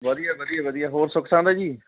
ਵਧੀਆ ਵਧੀਆ ਵਧੀਆ ਹੋਰ ਸੁੱਖ ਸਾਂਦਿ ਹੈ ਜੀ